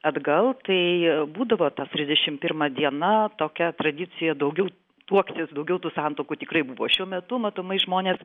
atgal tai būdavo ta trisdešim pirma diena tokia tradicija daugiau tuoktis daugiau tų santuokų tikrai buvo šiuo metu matomai žmonės